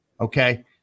Okay